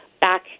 back